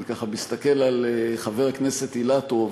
ואני ככה מסתכל על חבר הכנסת אילטוב,